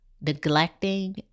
neglecting